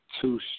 two